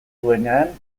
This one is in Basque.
duenean